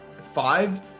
five